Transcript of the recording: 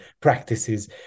practices